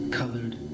colored